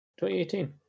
2018